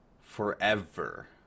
forever